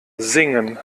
singen